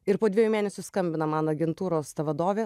ir po dviejų mėnesių skambina man agentūros ta vadovė